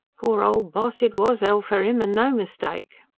poor ol' boss! it was hell for him and no mistake!